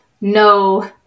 no